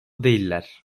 değiller